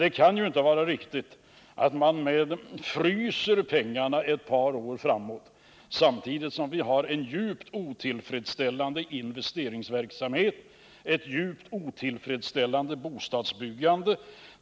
Det kan inte vara riktigt att man fryser företagspengarna under ett par år framåt, samtidigt som vi har en djupt otillfredsställande investeringsverksamhet och ett djupt otillfredsställande bostadsbyggande.